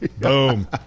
Boom